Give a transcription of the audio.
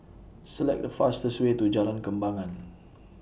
Select The fastest Way to Jalan Kembangan